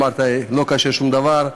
ואמרת: לא קשה שום דבר,